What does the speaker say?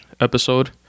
episode